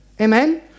Amen